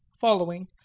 following